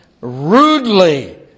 rudely